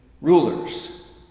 rulers